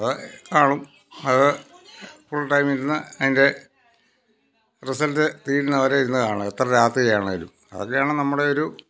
അപ്പം കാണും അത് ഫുൾ ടൈം ഇരുന്ന് അതിൻ്റെ റിസൾട്ട് തീരുന്നത് വരെ ഇരുന്ന് കാണും എത്ര രത്രിയാണെങ്കിലും അതിലാണ് നമ്മുടെ ഒരു